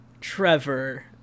Trevor